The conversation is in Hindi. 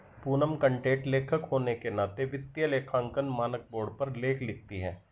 पूनम कंटेंट लेखक होने के नाते वित्तीय लेखांकन मानक बोर्ड पर लेख लिखती है